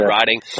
riding